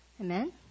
Amen